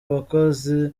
abakozi